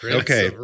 okay